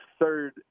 third –